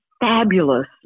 fabulous